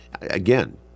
again